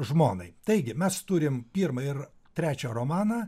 žmonai taigi mes turim pirmą ir trečią romaną